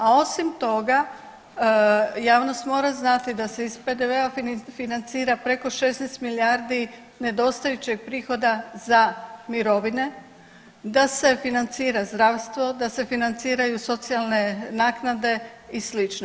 A osim toga javnost mora znati da se iz PDV financira preko 16 milijardi nedostajućeg prihoda za mirovine, da se financira zdravstvo, da se financiraju socijalne naknade i slično.